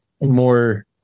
more